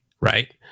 right